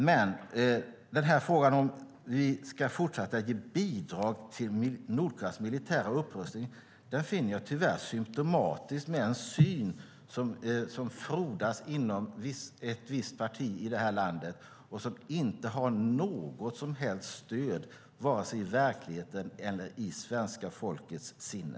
Men frågan om vi ska fortsätta att ge bidrag till Nordkoreas militära upprustning finner jag tyvärr symtomatisk för en syn som frodas inom ett visst parti i det här landet och som inte har något som helst stöd, vare sig i verkligheten eller i svenska folkets sinne.